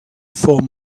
form